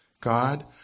God